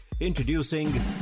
Introducing